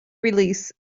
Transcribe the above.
release